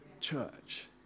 church